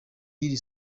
y’iri